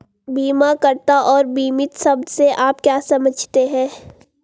बीमाकर्ता और बीमित शब्द से आप क्या समझते हैं?